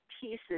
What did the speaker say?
pieces